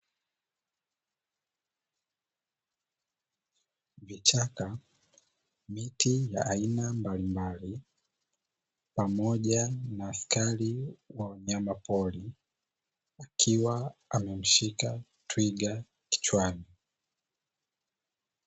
Vichaka, miti ya aina mbalimbali pamoja na askari wa wanyamapori akiwa amemshika twiga kichwani.